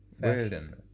fashion